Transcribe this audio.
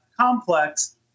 complex